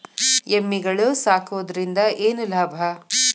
ಎಮ್ಮಿಗಳು ಸಾಕುವುದರಿಂದ ಏನು ಲಾಭ?